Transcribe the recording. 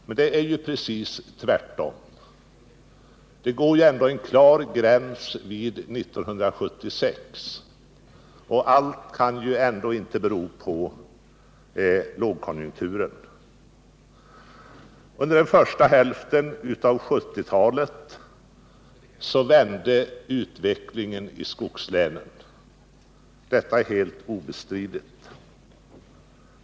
Men det är ju precis tvärtom. Det går ändå en klar gräns vid år 1976 på detta område, och allt vad som sedan skett kan ändå inte bero på lågkonjunkturen. Under första hälften av 1970-talet vände utvecklingen i skogslänen. Detta är helt obestridligt.